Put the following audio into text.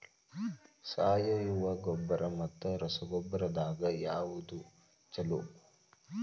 ಸಾವಯವ ಗೊಬ್ಬರ ಮತ್ತ ರಸಗೊಬ್ಬರದಾಗ ಯಾವದು ಛಲೋ?